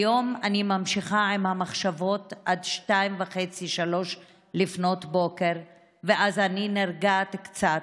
כיום אני ממשיכה עם המחשבות עד 03:00-02:50 ואז אני נרגעת קצת,